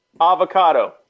avocado